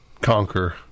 conquer